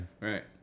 right